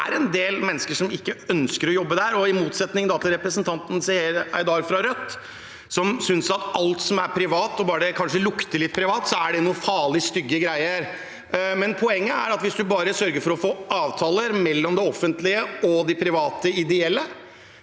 det er en del mennesker som ikke ønsker å jobbe der. Det er i motsetning til representanten Seher Aydar fra Rødt, som synes at alt som er privat, kanskje det bare lukter litt privat, er noen farlige, stygge greier. Poenget er at hvis man bare sørger for å få avtaler mellom det offentlige og de private ideelle,